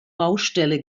baustelle